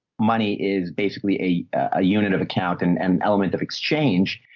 money is basically a, a unit of account and an element of exchange.